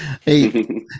Hey